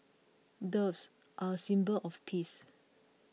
doves are a symbol of peace